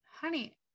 honey